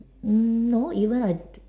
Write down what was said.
mm no even I